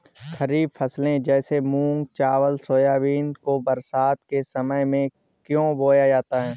खरीफ फसले जैसे मूंग चावल सोयाबीन को बरसात के समय में क्यो बोया जाता है?